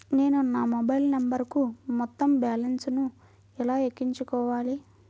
నేను నా మొబైల్ నంబరుకు మొత్తం బాలన్స్ ను ఎలా ఎక్కించుకోవాలి?